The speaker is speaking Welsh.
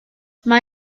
mae